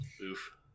oof